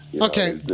Okay